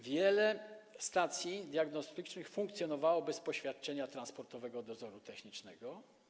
Wiele stacji diagnostycznych funkcjonowało bez poświadczenia transportowego dozoru technicznego.